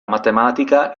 matematica